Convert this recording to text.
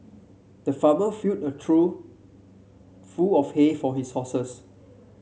the farmer filled a trough full of hay for his horses